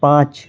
পাঁচ